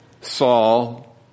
Saul